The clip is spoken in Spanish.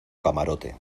camarote